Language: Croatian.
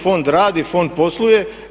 Fond radi, fond posluje.